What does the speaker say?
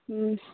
ആ